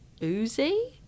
Uzi